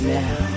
now